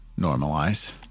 normalize